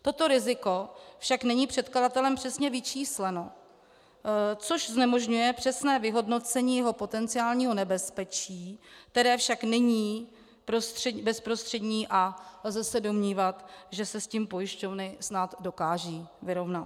Toto riziko však není předkladatelem přesně vyčísleno, což znemožňuje přesné vyhodnocení jeho potenciálního nebezpečí, které však není bezprostřední, a lze se domnívat, že se s tím pojišťovny snad dokážou vyrovnat.